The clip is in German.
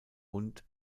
und